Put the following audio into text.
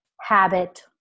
habit